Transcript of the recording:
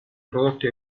prodotti